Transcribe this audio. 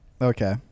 Okay